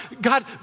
God